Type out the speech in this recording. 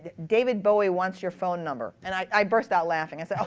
david bowie wants your phone number, and i burst out laughing. so